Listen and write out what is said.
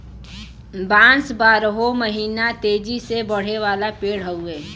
बांस बारहो महिना तेजी से बढ़े वाला पेड़ हउवे